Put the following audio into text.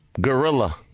gorilla